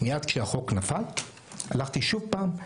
מייד כשהחוק נפל הלכתי שוב פעם,